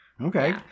Okay